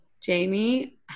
Jamie